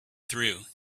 through